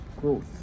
growth